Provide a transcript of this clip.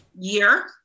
year